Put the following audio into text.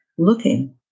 looking